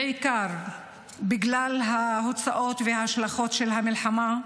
בעיקר בגלל ההוצאות וההשלכות וההוצאות של המלחמה,